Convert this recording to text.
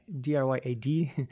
D-R-Y-A-D